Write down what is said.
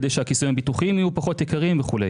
כדי שהכיסויים הביטוחיים יהיו פחות יקרים וכו'.